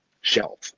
shelf